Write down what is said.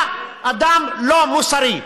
אתה אדם לא מוסרי.